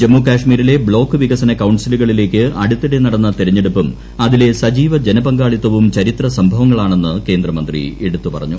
ജമ്മു കശ്മീരിലെ ബ്ലോക്ക് വികസന കൌൺസിലുകളിലേക്ക് അടുത്തിടെ നടന്ന തെരഞ്ഞെടുപ്പും അതിലെ സജീവ ജനപങ്കാളിത്തവും ചരിത്ര സംഭവങ്ങളാണെന്ന് കേന്ദ്രമന്ത്രി എടുത്തു പറഞ്ഞു